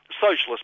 Socialist